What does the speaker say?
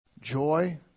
joy